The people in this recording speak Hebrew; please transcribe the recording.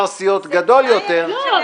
סיעות גדול יותר --- אבל זה לא הכרחי.